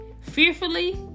fearfully